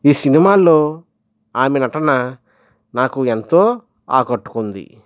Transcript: ఈ సినిమాలో ఆమె నటన నాకు ఎంతో ఆకట్టుకుంది